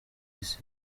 isi